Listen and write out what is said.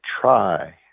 try